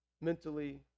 mentally